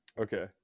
Okay